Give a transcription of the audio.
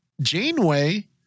Janeway